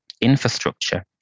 infrastructure